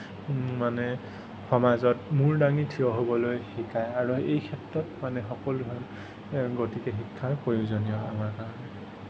মানে সমাজত মূৰ দাঙি থিয় হ'বলৈ শিকায় আৰু এই ক্ষেত্ৰত মানে সকলো হয় গতিকে শিক্ষাৰ প্ৰয়োজনীয় আমাৰ কাৰণে